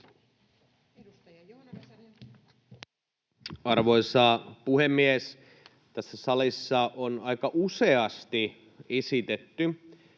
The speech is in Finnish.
Arvoisa puhemies! Tässä salissa on aika useasti esitetty,